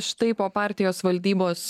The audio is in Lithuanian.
štai po partijos valdybos